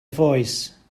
voice